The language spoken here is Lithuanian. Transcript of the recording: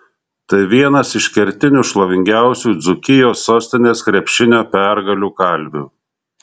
tai vienas iš kertinių šlovingiausių dzūkijos sostinės krepšinio pergalių kalvių